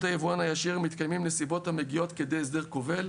היבואן הישיר מתקיימות נסיבות המגיעות כדי הסדר כובל,